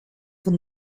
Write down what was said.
van